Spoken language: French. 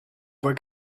voix